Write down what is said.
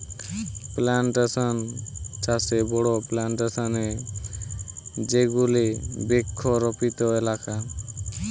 plantation চাষে বড়ো plantation এ যেগুলি বৃক্ষরোপিত এলাকা